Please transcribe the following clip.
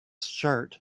shirt